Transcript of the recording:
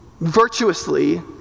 virtuously